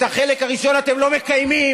את החלק הראשון אתם לא מקיימים,